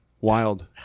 wild